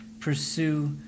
pursue